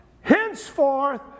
Henceforth